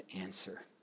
answer